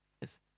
Yes